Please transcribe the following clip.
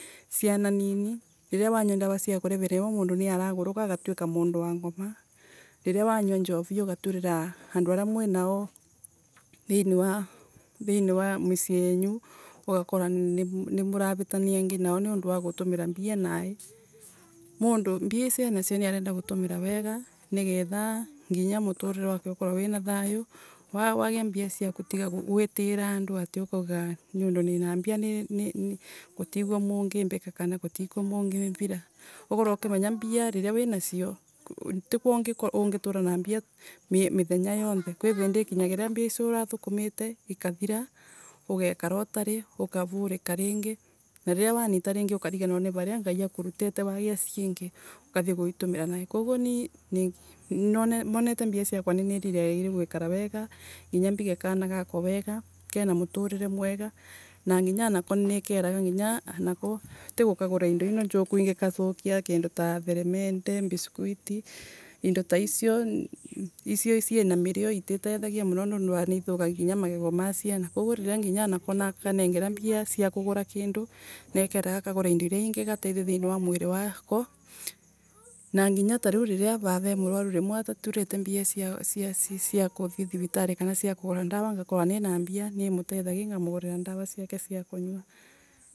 Ciana nini ciria wanyua dawa cia kulevya rirwo mundu agafwika mundu wa ngoma, riria wanyua ugaturira andu aria muina o thiini wa. thiini wa mucii yenu ugakaa nimuravitania ringi nondu wa gutuniira mbia naii. Mundu mbia icio enado niarenda gutumira wega nigetha nginya muturire waku ukorwe wina thayu. Wagia mbia ciaku tiga gwitiira andu ati ukauga nundu nina mbia nigutiguo mungimbika kana gutikuo mungimbira. Ukorwe ukimenya mbia riria wina cio tikwa ungituura na mbia mithenya yonthe. Kwi rindi ikinyagirira mbia icio nurathukumite ikathira, ugekara utari ukavurika ringi na riria wanita ringi ukaviganirwa ni varia ngai akurutite wagia ciingi. Ukathie guitumira naii koguo ni monete mbia ciakwa niniriragiria guikara wega nginya mbige kana gakwa wega kena muturire mwega na nginya anako nikeraga nginya anako tigukagurira indaina njuku ingikathukia kinda taa theremende; biscuit, indo ta icio iciociina mirio ititethagia muno nondu nithukagia nginya magego ma ciana. Koguo nginya anaria anako nakanengera, mbia cia kugura kindu nikirego anako kagure cingigatethia mwiriri wako. Nako nginya tariu vava emurwaru rimwe tuturite mbia cia kuviva thiritari cia kugura dawa ngakorwa mina mbia nimutethagi ngamugurira dawa cionthe cia kunywa.